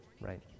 right